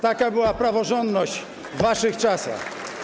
Taka była praworządność w waszych czasach.